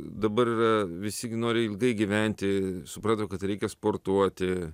dabar yra visi gi nori ilgai gyventi suprato kad reikia sportuoti